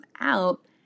out